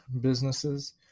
businesses